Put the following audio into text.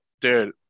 dude